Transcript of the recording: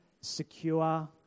secure